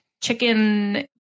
Chicken